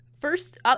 first